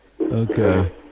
Okay